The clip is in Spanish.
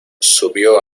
subió